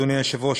אדוני היושב-ראש,